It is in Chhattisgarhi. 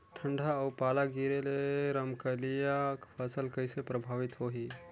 ठंडा अउ पाला गिरे ले रमकलिया फसल कइसे प्रभावित होही?